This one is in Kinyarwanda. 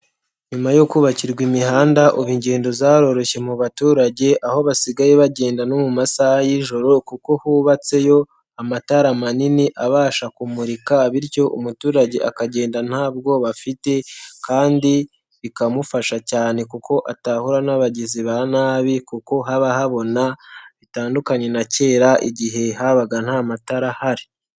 Nyuma yo kubakirwa imihanda, ubu ingendo zaroroshye mu baturage, aho basigaye bagenda no mu masaha y'ijoro kuko hubatseyo amatara manini, abasha kumurika, bityo umuturage akagenda nta bwoba afite kandi bikamufasha cyane kuko atahura n'abagizi ba nabi kuko haba habona, bitandukanye na kera igihe habaga nta matara ahari.